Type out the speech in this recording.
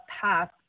path